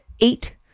eight